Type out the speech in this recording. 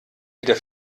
wieder